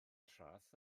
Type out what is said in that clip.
traeth